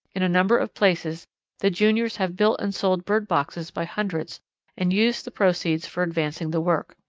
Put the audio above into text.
in a number of places the juniors have built and sold bird boxes by hundreds and used the proceeds for advancing the work.